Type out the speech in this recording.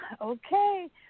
okay